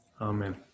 Amen